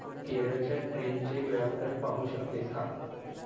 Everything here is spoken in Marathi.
तू केरळच्या ट्रेनचे वेळापत्रक पाहू शकतेस का